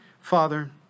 Father